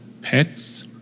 Pets